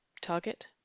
Target